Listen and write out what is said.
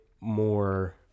more